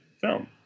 film